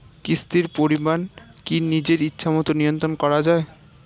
কিস্তির পরিমাণ কি নিজের ইচ্ছামত নিয়ন্ত্রণ করা যায়?